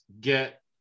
get